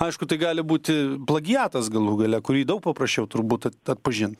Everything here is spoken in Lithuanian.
aišku tai gali būti plagiatas galų gale kurį daug paprasčiau turbūt at atpažint